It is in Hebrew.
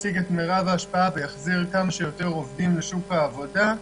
ישיג את מרב ההשפעה ויחזיר כמה שיותר עובדים לשוק העבודה,